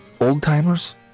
old-timers